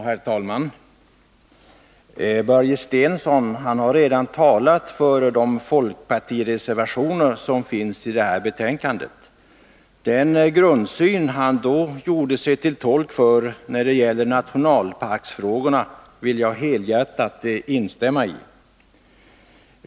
Herr talman! Börje Stensson har redan talat för de folkpartireservationer som finns i det här betänkandet. Den grundsyn han då gjort sig till tolk för när det gäller nationalparksfrågorna vill jag helhjärtat ansluta mig till.